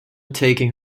taking